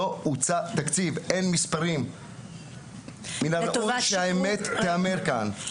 אין מספרים, מן הראוי שהאמת תיאמר כאן.